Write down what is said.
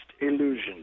illusion